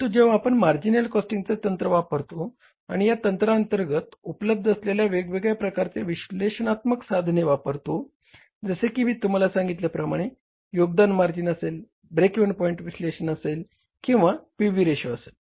परंतु जेव्हा आपण मार्जिनल कॉस्टिंगचे तंत्र वापरतो आणि या तंत्रा अंतर्गत उपलब्ध असलेले वेगवेगळ्या प्रकारचे विश्लेषणात्मक साधने वापरतो जसे की मी तुम्हाला सांगितल्याप्रमाणे योगदान मार्जिन असेल ब्रेक इव्हन पॉइंट विश्लेषण असेल किंवा पीव्ही रेशो असेल